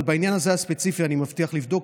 אבל בעניין הזה, הספציפי, אני מבטיח לבדוק.